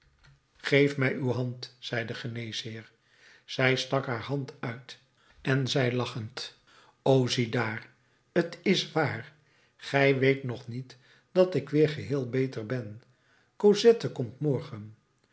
geef mij uw hand zei de geneesheer zij stak haar hand uit en zei lachend o ziedaar t is waar gij weet het nog niet dat ik weer geheel beter ben cosette komt morgen